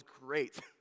great